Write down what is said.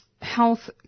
health